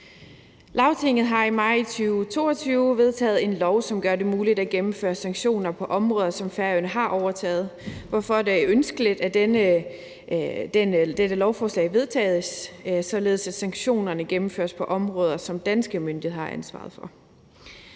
Lagtinget har i maj 2022 vedtaget en lov, som gør det muligt at gennemføre sanktioner på områder, som Færøerne har overtaget, hvorfor det er ønskeligt, at dette lovforslag vedtages, således at sanktionerne gennemføres på områder, som danske myndigheder har ansvaret for.